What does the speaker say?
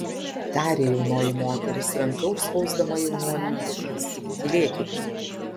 tarė jaunoji moteris ranka užspausdama jaunuoliui lūpas tylėkit